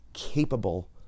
capable